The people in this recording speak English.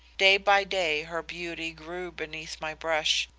day by day her beauty grew beneath my brush,